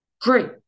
Great